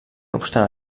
obstant